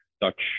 Dutch